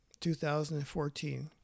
2014